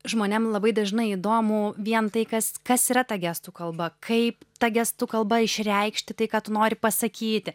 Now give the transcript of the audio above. žmonėm labai dažnai įdomu vien tai kas kas yra ta gestų kalba kaip ta gestų kalba išreikšti tai ką tu nori pasakyti